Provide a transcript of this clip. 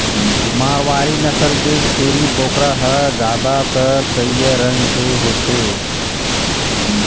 मारवारी नसल के छेरी बोकरा ह जादातर करिया रंग के होथे